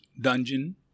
dungeon